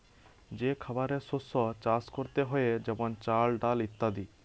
যে খাবারের শস্য চাষ করতে হয়ে যেমন চাল, ডাল ইত্যাদি